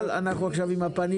עכשיו אנחנו עם הפנים